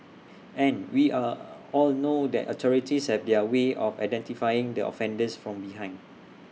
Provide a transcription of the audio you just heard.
and we are all know that authorities have their way of identifying the offender from behind